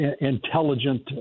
intelligent